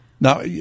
Now